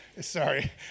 Sorry